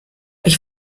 ich